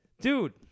dude